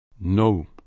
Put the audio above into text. No